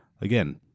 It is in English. again